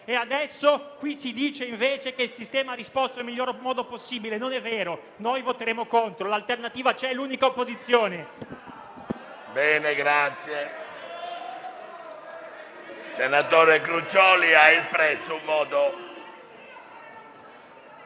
Adesso qui si dice che invece il sistema ha risposto nel miglior modo possibile. Non è vero. Voteremo contro. L'Alternativa C'è è l'unica opposizione.